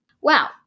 Wow